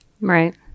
Right